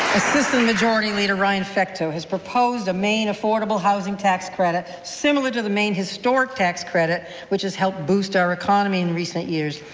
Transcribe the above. assistant majority leader ryan fecteau has proposed a maine affordable housing tax credit, similar to the maine historic tax credit which has helped boost our economy in recent years.